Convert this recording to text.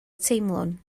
teimlwn